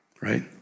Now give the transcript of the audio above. Right